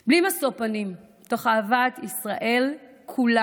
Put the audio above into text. ואת טובתם בלי משוא פנים, תוך אהבת ישראל כולם.